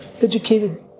educated